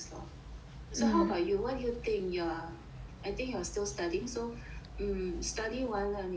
so how about you what do you think you are I think you are still studying so hmm study 完了你